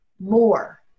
more